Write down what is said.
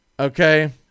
Okay